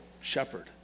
shepherd